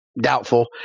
Doubtful